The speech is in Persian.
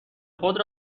خود